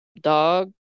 dog